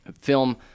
film